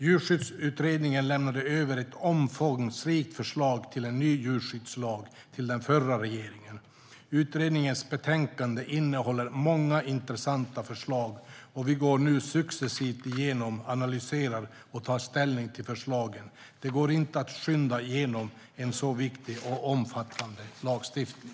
Djurskyddsutredningen lämnade över ett omfångsrikt förslag till en ny djurskyddslag till den förra regeringen. Utredningens betänkande innehåller många intressanta förslag, och vi går nu successivt igenom, analyserar och tar ställning till förslagen. Det går inte att skynda igenom en så viktig och omfattande lagstiftning.